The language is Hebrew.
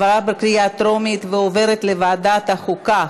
לדיון בוועדת החוקה,